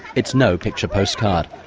it's no picture postcard.